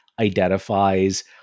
identifies